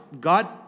God